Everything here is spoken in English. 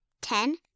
Ten